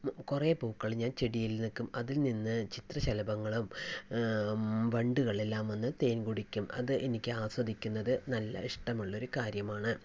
കുറേ പൂക്കൾ ഞാൻ ചെടിയിൽ നിൽക്കും അതിൽ നിന്ന് ചിത്രശലഭങ്ങളും വണ്ടുകളെല്ലാം വന്ന് തേൻ കുടിക്കും അത് എനിക്ക് ആസ്വദിക്കുന്നത് നല്ല ഇഷ്ടമുള്ള ഒരു കാര്യമാണ്